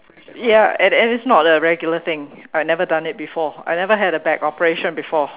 ya and and it's not a regular thing I never done it before I never had a back operation before